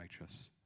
righteous